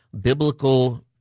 biblical